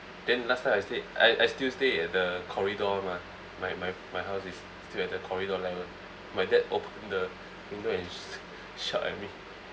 then last time I stayed I I still stay at the corridor mah my my my house is still at the corridor level my dad opened the window and sh~ shout at me